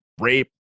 rape